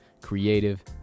creative